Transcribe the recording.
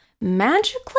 Magically